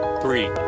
three